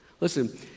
Listen